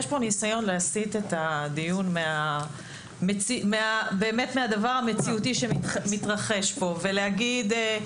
יש פה ניסיון להסית את הדיון מה-באמת מהדבר המציאותי שמתרחש פה ולהגיד,